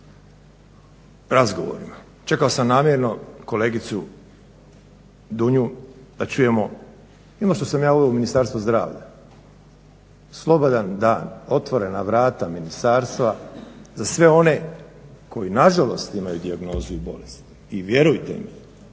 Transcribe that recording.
razgovorima. Čekao sam namjerno kolegicu Dunju da čujemo … ovom Ministarstvu zdravlja slobodan da otvorena vrata ministarstva za sve one koji nažalost imaju dijagnozu i bolest i vjerujte mi